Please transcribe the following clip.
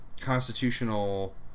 constitutional